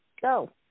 go